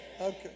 Okay